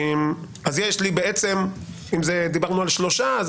אם דיברנו על שלושה,